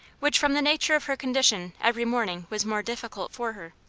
which from the nature of her condition every morning was more difficult for her.